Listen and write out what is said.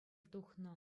тухнӑ